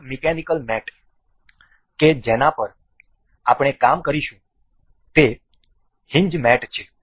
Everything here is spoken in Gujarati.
બીજો એક મિકેનિકલ મેટ કે જેના પર આપણે કામ કરીશું તે છે હિન્જ મેટ